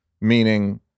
Meaning